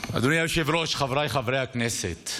והיא משובחת,